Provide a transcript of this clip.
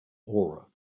aura